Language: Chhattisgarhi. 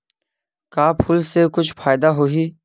का फूल से कुछु फ़ायदा होही?